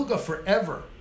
forever